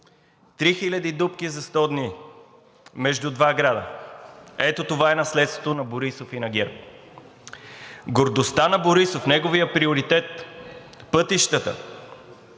Три хиляди дупки за сто дни между два града. Ето това е наследството на Борисов и на ГЕРБ. Гордостта на Борисов, неговият приоритет – пътищата.